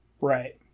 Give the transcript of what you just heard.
right